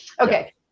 okay